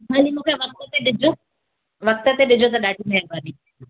मूंखे वक़्त ते ॾिजो वक़्त ते ॾिजो त ॾाढी महिरबानी